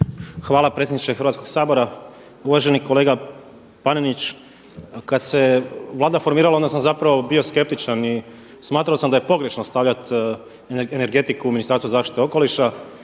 Hvala predsjedniče Hrvatskog sabora. Uvaženi kolega Panenić. Kada se Vlada formirala onda sam zapravo bio skeptičan i smatrao sam da je pogrešno stavljati energetiku u Ministarstvo zaštite okoliša.